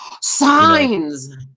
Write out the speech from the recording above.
signs